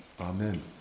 Amen